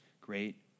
great